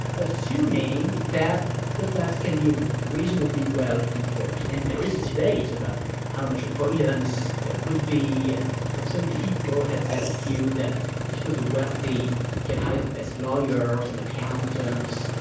assuming that the tax can be reasonably well enforced. and there is a debate about how much avoidance there would be, and and some people have that view that because the wealthy can hire the best lawyers and accountants,